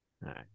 right